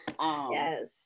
Yes